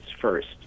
first